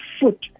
foot